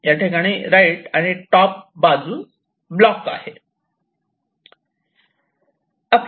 कारण याठिकाणी राईट आणि टॉप बाजू ब्लॉक आहे